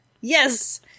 Yes